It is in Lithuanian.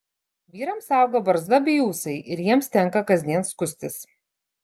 vyrams auga barzda bei ūsai ir jiems tenka kasdien skustis